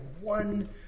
one